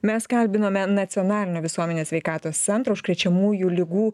mes kalbinome nacionalinio visuomenės sveikatos centro užkrečiamųjų ligų